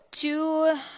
two